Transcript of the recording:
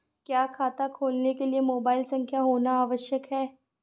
क्या खाता खोलने के लिए मोबाइल संख्या होना आवश्यक है?